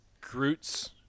Groot's